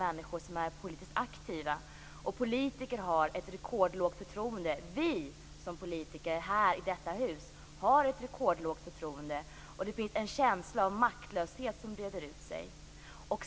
Vi har allt färre politiskt aktiva människor, och politiker har ett rekordlågt förtroende. Vi har som politiker i detta hus ett rekordlågt förtroende, och en känsla av maktlöshet breder ut sig.